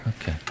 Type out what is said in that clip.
Okay